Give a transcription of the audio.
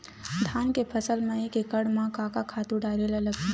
धान के फसल म एक एकड़ म का का खातु डारेल लगही?